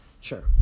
Sure